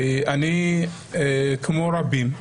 אני כמו רבים,